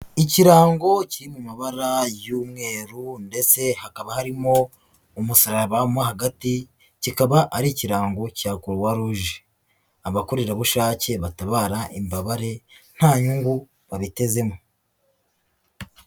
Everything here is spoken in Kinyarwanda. Ikirango kiri mu mabara y'umweru, ndetse hakaba harimo umusaraba mo hagati kikaba ari ikirango cya croix rouge. Abakorerabushake batabara imbabare nta nyungu babitezemo.